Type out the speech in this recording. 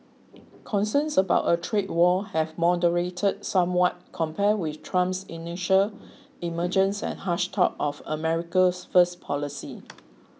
concerns about a trade war have moderated somewhat compared with Trump's initial emergence and harsh talk of America first policy